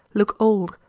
look old,